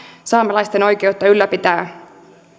saamelaisten oikeutta ylläpitää